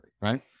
Right